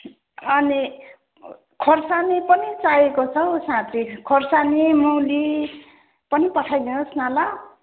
अनि खोर्सानी पनि चाहिएको छ हौ साँची खोर्सानी मुली पनि पठाइदिनुहोस् न ल